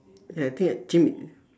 ya I think that gym